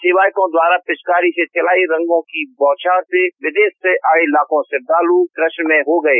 सेवायतों द्वारा पिचकारी से चलाये रंगों की बौछार र्से विदेश से आये लाखों श्रद्धालू कृष्णमय हो गये